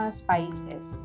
spices